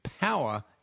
Power